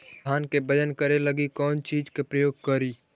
धान के बजन करे लगी कौन चिज के प्रयोग करि?